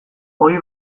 ohi